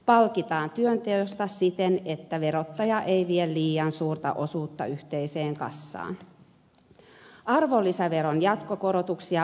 palkitaan työnteosta siten että verottaja ei vie liian suurta osuutta yhteiseen kassaan